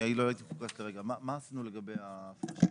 מה עשינו לגבי ההפרשות?